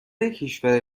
کشور